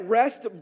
rest